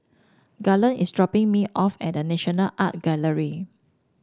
Garland is dropping me off at The National Art Gallery